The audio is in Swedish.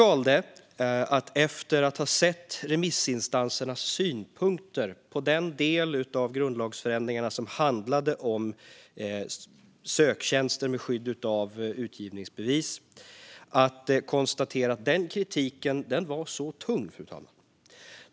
Vi konstaterade efter att ha sett remissinstansernas synpunkter på den del av grundlagsförändringarna som handlade om söktjänster med skydd av utgivningsbevis att kritiken var tung.